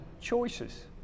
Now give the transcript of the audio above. choices